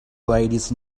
ladies